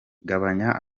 gabanya